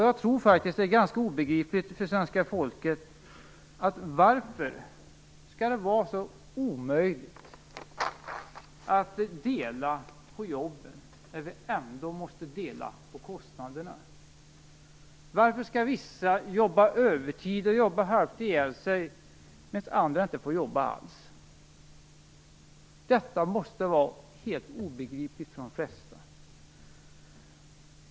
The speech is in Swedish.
Jag tror faktiskt att det är ganska obegripligt för svenska folket att det skall vara så omöjligt att dela på jobben när vi ändå måste dela på kostnaderna. Varför skall vissa jobba övertid och jobba halvt ihjäl sig medan andra inte får jobba alls. Det måste vara helt obegripligt för de flesta.